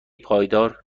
پایدار